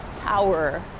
power